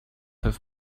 have